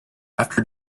after